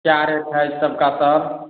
क्या रेट है इस सब का तब